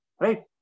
Right